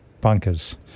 bunkers